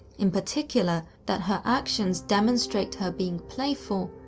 in particular, that her actions demonstrate her being playful,